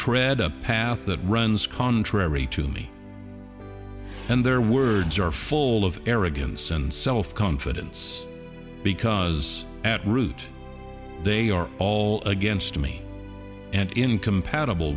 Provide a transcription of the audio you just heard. tread a path that runs contrary to me and their words are full of arrogance and self confidence because at root they are all against me and incompatible